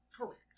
Correct